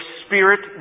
spirit